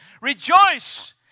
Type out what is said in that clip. Rejoice